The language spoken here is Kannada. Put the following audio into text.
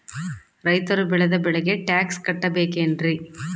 ರೈತರು ಬೆಳೆದ ಬೆಳೆಗೆ ಟ್ಯಾಕ್ಸ್ ಕಟ್ಟಬೇಕೆನ್ರಿ?